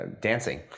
dancing